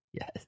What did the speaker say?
Yes